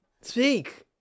Speak